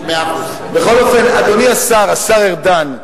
בכל אופן, אדוני השר, השר ארדן,